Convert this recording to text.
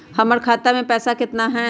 हमर खाता मे पैसा केतना है?